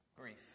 grief